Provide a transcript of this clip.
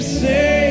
say